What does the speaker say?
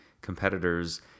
competitors